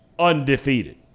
undefeated